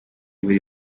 buri